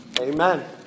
Amen